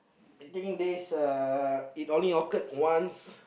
I think this uh it only occurred once